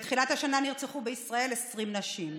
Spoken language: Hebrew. מתחילת השנה נרצחו בישראל 20 נשים.